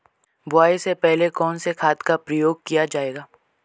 बुआई से पहले कौन से खाद का प्रयोग किया जायेगा?